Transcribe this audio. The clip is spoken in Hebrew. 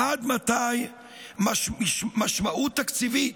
עד מתי משמעת תקציבית